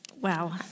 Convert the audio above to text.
Wow